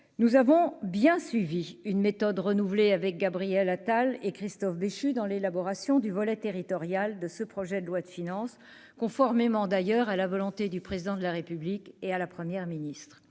nous avons bien suivi une méthode renouvelée avec Gabriel Attal et Christophe Béchu dans l'élaboration du volet territorial de ce projet de loi de finances, conformément d'ailleurs à la volonté du président de la République et à la première ministre